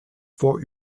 vor